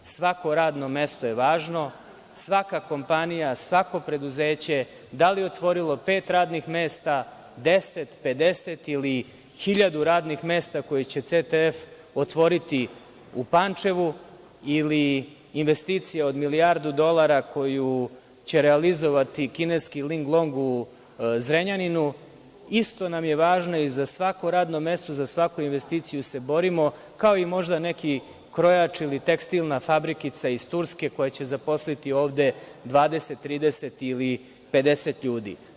Svako radno mesto je važno, svaka kompanija, svako preduzeće, da li otvorilo pet radnih mesta, deset, pedeset ili hiljadu radnih mesta, koje CTF otvoriti u Pančevu ili investicija od milijardu dolara koju će realizovati kineski „Ling Long“ u Zrenjaninu, isto nam je važno i za svako radno mesto, za svaku investiciju se borimo, kao i možda neki krojač ili tekstilna fabrikica iz Turske koja će zaposliti ovde 20, 30 ili 50 ljudi.